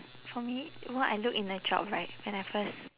for me what I look in a job right when I first